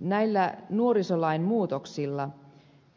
näillä nuorisolain muutoksilla